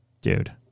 Dude